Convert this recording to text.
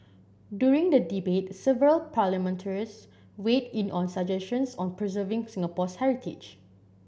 during the debate several parliamentarians weighed in on suggestions on preserving Singapore's heritage